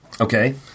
Okay